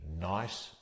nice